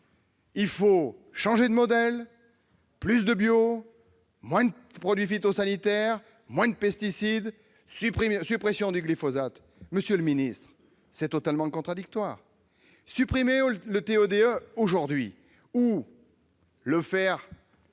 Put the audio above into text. Il fallait changer de modèle, faire plus de bio, utiliser moins de produits phytosanitaires et moins de pesticides, supprimer le glyphosate, etc. Monsieur le ministre, c'est totalement contradictoire ! Supprimer le TO-DE aujourd'hui ou le faire